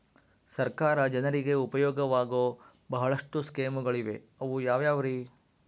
ಸರ್ಕಾರ ಜನರಿಗೆ ಉಪಯೋಗವಾಗೋ ಬಹಳಷ್ಟು ಸ್ಕೇಮುಗಳಿವೆ ಅವು ಯಾವ್ಯಾವ್ರಿ?